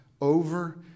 over